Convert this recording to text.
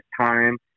time